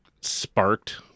sparked